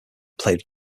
played